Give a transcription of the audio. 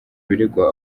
birego